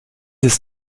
ist